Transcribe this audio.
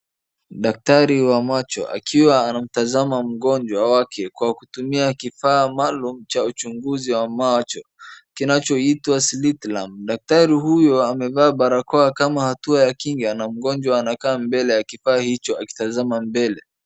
Daktari wa macho akiwa anamtazama mgonjwa wake kwa kutumia kifaa maaluum cha uchunguzi wa macho kinachoitwa slitlamp . Daktari huyu amevaa barakoa kama hatua ya kinga na mgonjwa anakaa mbele ya kifaa hicho akitazama mbele.